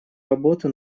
работу